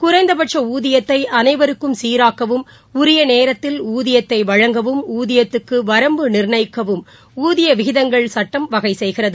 குறைந்தபட்ச ஊதியத்தை அனைவருக்கும் சீராக்கவும் உரிய நேரத்தில் ஊதியத்தை வழங்கவும் ஊதியத்துக்கு வரம்பு நிர்ணயிக்கவும் ஊதிய விகிதங்கள் சட்டம் வகை செய்கிறது